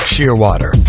Shearwater